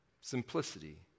Simplicity